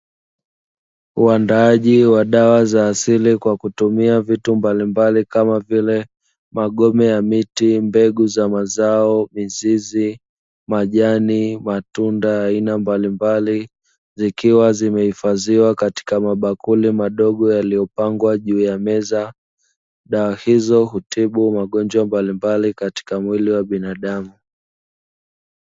Uandaaji wa dawa za asili, kwa kutumia vitu mbalimbali, kama vile: magome ya miti, mbegu za mazao, mizizi, majani, matunda ya aina mbalimbali, zikiwa zimehifadhiwa katika mabakuli madogo yaliyopangwa juu ya meza. Dawa hizo hutibu magonjwa mbalimbali katika mwili wa binadamu.